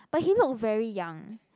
but he look very young